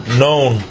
known